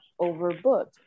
overbooked